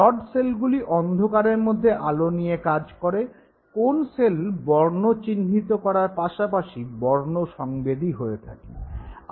rod সেলগুলি অন্ধকারের মধ্যে আলো নিয়ে কাজ করে কোণ সেল বর্ণ চিহ্নিত করার পাশাপাশি বর্ণসংবেদী হয়ে থাকে